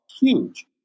huge